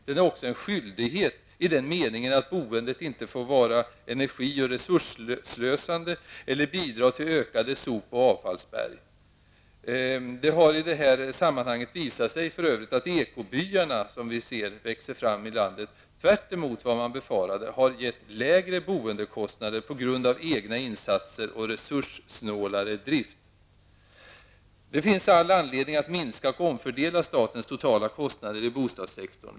Den är också en skyldighet i den meningen att boende inte får vara energi och resursslösande eller bidra till ökade sop och avfallsberg. Det har för övrigt i det här sammanhanget visat sig att ekobyarna, tvärtemot vad man befarade, har gett lägre boendekostnader på grund av egna insatser och resurssnålare drift. Det finns all anledning att minska och omfördela statens totala kostnader i bostadssektorn.